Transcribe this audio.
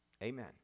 Amen